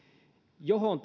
johon